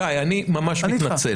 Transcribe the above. שי, אני ממש מתנצל.